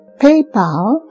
PayPal